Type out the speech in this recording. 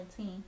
14